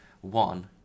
one